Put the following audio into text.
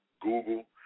Google